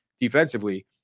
defensively